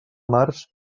març